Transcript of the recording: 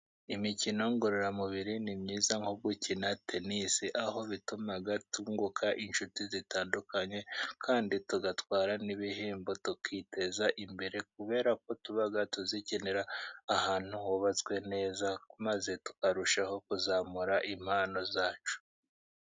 Imikino ngororamubiri ni myiza nko gukina tenisi, aho bituma twunguka inshuti zitandukanye kandi tugatwara n'ibihembo tukiteza imbere, kubera ko tuba tuyikinira ahantu hubatswe neza, maze tukarushaho kuzamura impano zacu.